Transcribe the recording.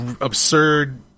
absurd